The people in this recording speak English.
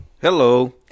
Hello